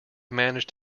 managed